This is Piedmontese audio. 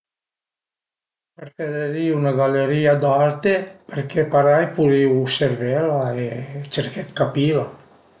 Preferirìu 'na galerìa d'arte perché parei purìu uservela e cerché 'd capila